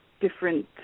different